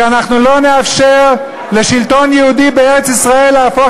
כי אנחנו לא נאפשר לשלטון יהודי בארץ-ישראל להפוך